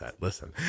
listen